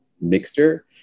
mixture